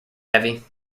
heavy